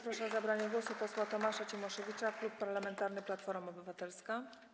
Proszę o zabranie głosu posła Tomasza Cimoszewicza, Klub Parlamentarny Platforma Obywatelska.